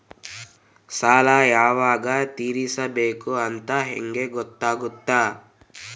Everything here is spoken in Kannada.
ಸಾಲ ಯಾವಾಗ ತೇರಿಸಬೇಕು ಅಂತ ಹೆಂಗ್ ಗೊತ್ತಾಗುತ್ತಾ?